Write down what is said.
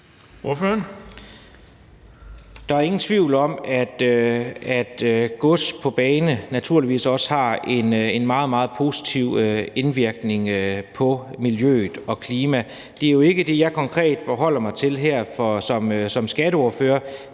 Der er ingen tvivl om, at gods på bane naturligvis også har en meget, meget positiv indvirkning på miljøet og klimaet. Det er jo ikke det, jeg konkret forholder mig til her som skatteordfører.